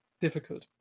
difficult